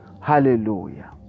Hallelujah